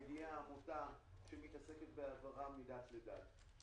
מגיעה עמותה שמתעסקת בהעברה מדת לדת,